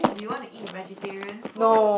did you want to eat vegetarian food